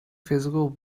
physical